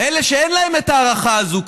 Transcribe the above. אלה שאין להם את ההערכה הזאת.